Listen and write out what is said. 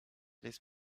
liz